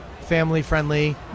family-friendly